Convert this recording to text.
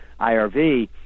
IRV